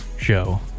show